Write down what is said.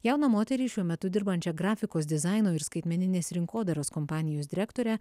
jauną moterį šiuo metu dirbančią grafikos dizaino ir skaitmeninės rinkodaros kompanijos direktore